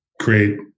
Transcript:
create